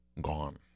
gone